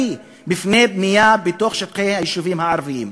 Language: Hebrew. בפני בנייה בתוך שטחי היישובים הערביים.